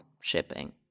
shipping